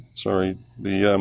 sorry, the,